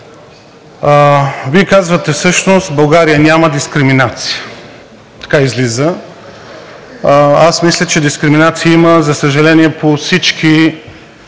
Вие казвате всъщност: в България няма дискриминация. Така излиза. Аз мисля, че дискриминация има, за съжаление, по всички